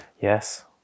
Yes